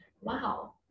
wow